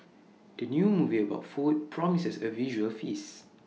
the new movie about food promises A visual feast